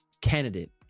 candidate